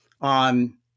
on